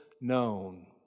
known